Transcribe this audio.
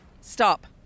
Stop